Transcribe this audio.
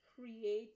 create